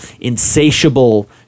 insatiable